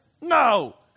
No